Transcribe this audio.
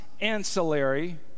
ancillary